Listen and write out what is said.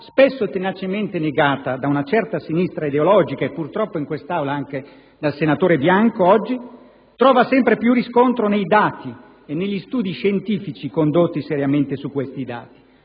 spesso tenacemente negata da una certa sinistra ideologica (e purtroppo oggi in quest'Aula anche dal senatore Bianco), trova sempre più riscontro nei dati e negli studi scientifici condotti seriamente su questi dati.